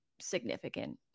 significant